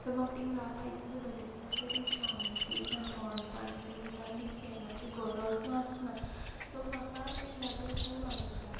so म्हाक तींग रावपा इतलें बोर दिसता कित्या तींग शांती सामक थोंडसाण मेटा आनी तींग फेनाची गोरोजू आसना सो म्हाका ते जागे खूब आवडटा